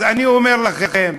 אז אני אומר לכם: